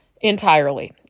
entirely